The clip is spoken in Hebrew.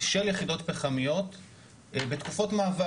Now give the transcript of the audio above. של יחידות פחמיות בתקופות מעבר.